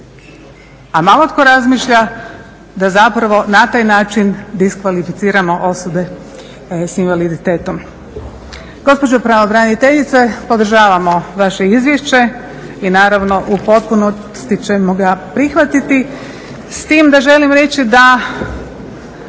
a malo tko razmišlja da zapravo na taj način diskvalificiramo osobe s invaliditetom. Gospođo pravobraniteljice, podržavamo vaše izvješće i naravno u potpunosti ćemo ga prihvatiti, s tim da želim reći da